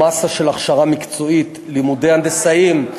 מאסה של הכשרה מקצועית, לימודי הנדסאים,